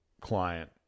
client